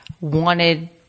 wanted